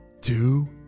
two